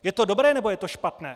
Je to dobré, nebo je to špatné?